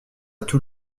tous